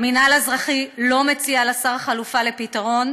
והמינהל האזרחי לא מציע לשר חלופה לפתרון,